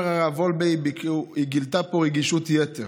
אומר הרב וולבה: היא גילתה פה רגישות יתר,